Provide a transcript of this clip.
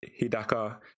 hidaka